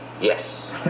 Yes